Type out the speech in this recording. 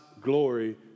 glory